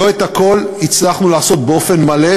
לא את הכול הצלחנו לעשות באופן מלא,